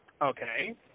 Okay